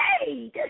Hey